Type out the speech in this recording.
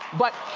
but